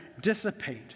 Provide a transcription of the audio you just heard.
dissipate